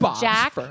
Jack